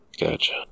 Gotcha